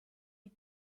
est